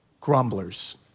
grumblers